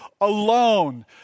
alone